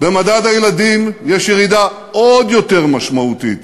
במדד הילדים יש ירידה עוד יותר משמעותית,